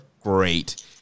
great